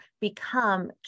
become